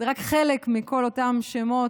חלק מאותם שמות,